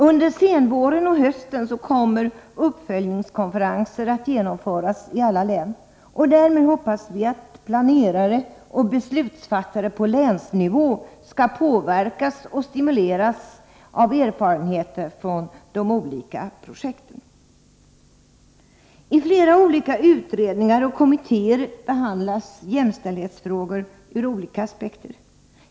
Under senvåren och hösten kommer uppföljningskonferenser att genomföras i alla län. Därmed hoppas vi att planerare och beslutsfattare på länsnivå skall påverkas och stimuleras av erfarenheter från de olika projekten. I flera olika utredningar och kommittéer behandlas jämställdhetsfrågor ur olika aspekter.